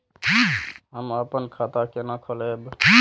हम अपन खाता केना खोलैब?